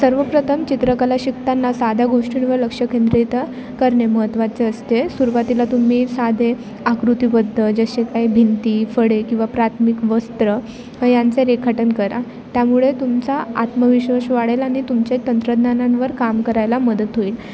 सर्वप्रथम चित्रकला शिकताना साध्या गोष्टींवर लक्ष केंद्रित करणे महत्त्वाचे असते सुरुवातीला तुम्ही साधे आकृतीबद्ध जसे काही भिंती फळे किंवा प्राथमिक वस्त्र यांचे रेखाटन करा त्यामुळे तुमचा आत्मविश्वास वाढेल आणि तुमच्या तंत्रज्ञानांवर काम करायला मदत होईल